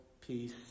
peace